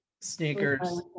sneakers